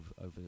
over